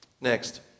Next